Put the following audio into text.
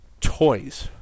toys